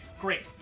great